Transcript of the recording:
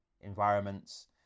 environments